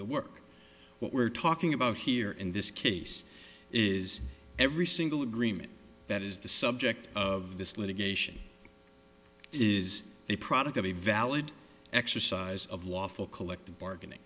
the work what we're talking about here in this case is every single agreement that is the subject of this litigation it is a product of a valid exercise of lawful collective bargaining